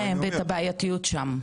ואת את הבעייתיות שם.